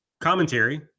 commentary